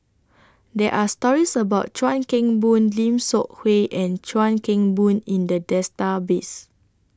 There Are stories about Chuan Keng Boon Lim Seok Hui and Chuan Keng Boon in The Database